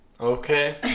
Okay